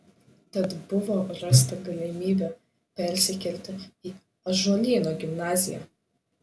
tad buvo rasta galimybė persikelti į ąžuolyno gimnaziją